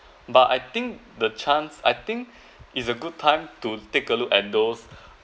but I think the chance I think is a good time to take a look at those